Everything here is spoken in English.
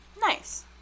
Nice